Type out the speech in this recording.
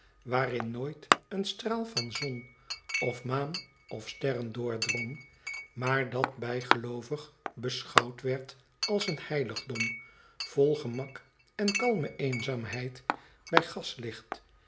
waarin nooit een straal van zon of maan of sterren doordrong maar aat bijgeloovig beschouwd werd als een heiligdom vol gemak en kalme eenzaamheid bij